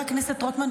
חבר הכנסת רוטמן,